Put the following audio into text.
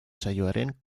saioaren